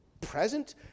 present